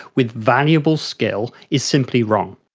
with valuable skill is simply wrong.